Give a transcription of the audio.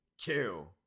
Kill